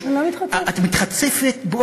אל תתחצפי כיושב-ראש.